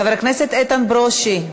חבר הכנסת איתן ברושי,